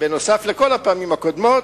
בנוסף לכל הפעמים הקודמות,